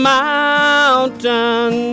mountain